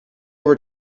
over